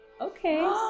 Okay